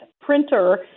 printer